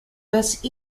best